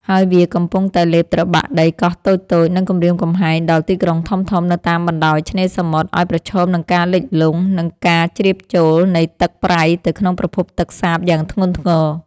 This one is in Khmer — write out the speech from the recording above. ហើយវាកំពុងតែលេបត្របាក់ដីកោះតូចៗ និងគំរាមកំហែងដល់ទីក្រុងធំៗនៅតាមបណ្ដោយឆ្នេរសមុទ្រឱ្យប្រឈមនឹងការលិចលង់ និងការជ្រាបចូលនៃទឹកប្រៃទៅក្នុងប្រភពទឹកសាបយ៉ាងធ្ងន់ធ្ងរ។